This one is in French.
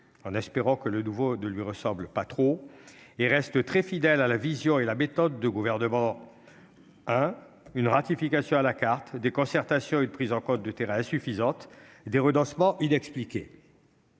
espérons que celui qui s'ouvre ne lui ressemblera pas trop ! Ce texte reste très fidèle à la vision et à la méthode des derniers gouvernements : une ratification à la carte, des concertations et une prise en compte du terrain insuffisantes, des renoncements inexpliqués.